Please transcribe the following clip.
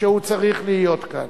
שהוא צריך להיות כאן.